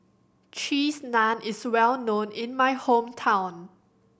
Cheese Naan is well known in my hometown